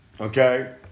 okay